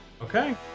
Okay